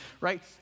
right